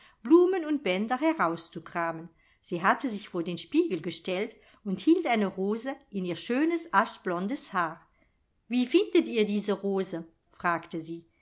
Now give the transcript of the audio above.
blumen und bänder herauszukramen sie hatte sich vor den spiegel gestellt und hielt eine rose in ihr schönes aschblondes haar wie findet ihr diese rose fragte sie